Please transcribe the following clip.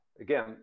again